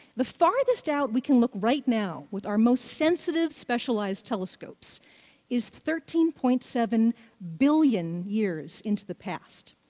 the farthest out we can look right now with our most sensitive specialized telescopes is thirteen point seven billion years into the past.